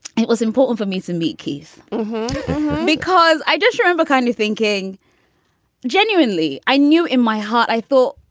it was important for me to meet keith because i just remember kind of thinking genuinely. i knew in my heart i thought